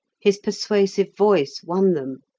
his persuasive voice won them.